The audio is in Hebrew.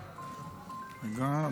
רגע,